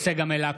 צגה מלקו,